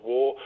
War